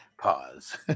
Pause